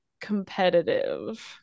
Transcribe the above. competitive